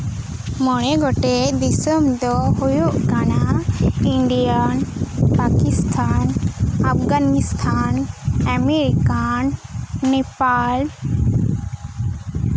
ᱢᱚᱬᱮ ᱜᱚᱴᱮᱱ ᱫᱤᱥᱚᱢ ᱫᱚ ᱦᱳᱭᱩᱜ ᱠᱟᱱᱟ ᱤᱱᱰᱤᱭᱟ ᱯᱟᱠᱤᱥᱛᱷᱟᱱ ᱟᱯᱷᱜᱟᱱᱤᱥᱛᱷᱟᱱ ᱟᱢᱮᱨᱤᱠᱟ ᱱᱮᱯᱟᱞ